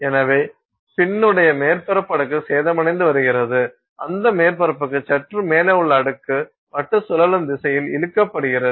எனவே பின்னுடைய மேற்பரப்பு அடுக்கு சேதமடைந்து வருகிறது அந்த மேற்பரப்புக்கு சற்று மேலே உள்ள அடுக்கு வட்டு சுழலும் திசையில் இழுக்கப்படுகிறது